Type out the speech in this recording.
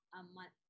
amat